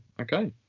okay